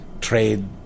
trade